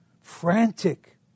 frantic